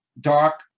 dark